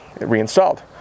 reinstalled